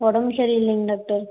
உடம்பு சரியில்லைங்க டாக்டர்